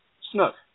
Snook